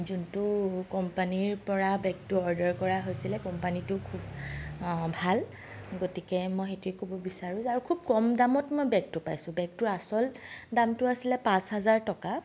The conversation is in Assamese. যোনটো কোম্পানীৰপৰা বেগটো অৰ্ডাৰ কৰা হৈছিলে কোম্পানীটো খুব ভাল গতিকে মই সেইটোৱে ক'ব বিচাৰোঁ যে আৰু খুব কম দামত মই বেগটো পাইছোঁ বেগটোৰ আচল দামটো আছিলে পাঁচ হাজাৰ টকা